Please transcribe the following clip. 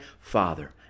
Father